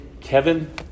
Kevin